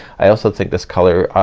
i also think this color ah,